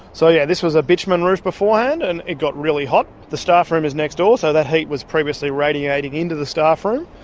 so yeah this was a bitumen roof beforehand, and it got really hot. the staffroom is next door, so that heat was previously radiating into the staffroom,